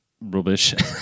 rubbish